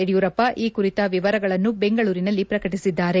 ಯಡಿಯೂರಪ್ಪ ಈ ಕುರಿತ ವಿವರಗಳನ್ನು ಬೆಂಗಳೂರಿನಲ್ಲಿ ಪ್ರಕಟಿಸಿದ್ದಾರೆ